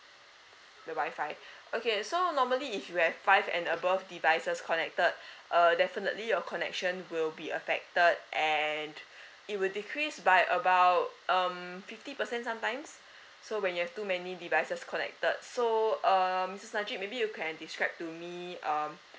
the Wi-Fi okay so normally if you have five and above devices connected err definitely your connection will be affected and it will decrease by about um fifty percent sometimes so when you have too many devices connected so um missus najib maybe you can describe to me um